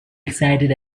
excited